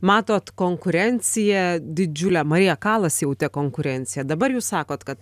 matot konkurenciją didžiulę marija kalas jautė konkurenciją dabar jūs sakot kad